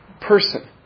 person